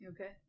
okay